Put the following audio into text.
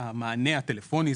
המענה הטלפוני.